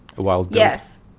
Yes